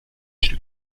stück